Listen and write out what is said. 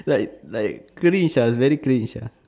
like like cringe ah very cringe